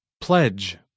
Pledge